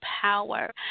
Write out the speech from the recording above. power